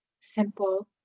simple